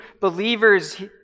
believers